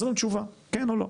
תחזרו עם תשובה, כן או לא.